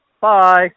bye